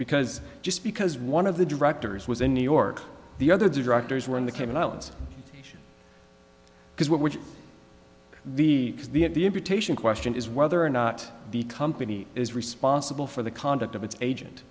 because just because one of the directors was in new york the other directors were in the cayman islands because what would be the at the imputation question is whether or not the company is responsible for the conduct of its agent